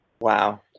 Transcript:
Wow